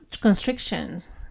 constrictions